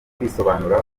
kwisobanura